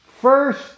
first